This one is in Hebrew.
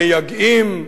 המייגעים,